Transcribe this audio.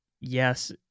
yes